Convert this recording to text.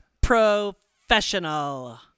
Professional